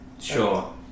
Sure